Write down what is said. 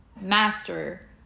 master